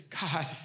God